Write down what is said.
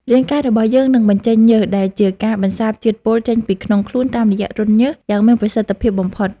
រាងកាយរបស់ពួកយើងនឹងបញ្ចេញញើសដែលជាការបន្សាបជាតិពុលចេញពីក្នុងខ្លួនតាមរយៈរន្ធញើសយ៉ាងមានប្រសិទ្ធភាពបំផុត។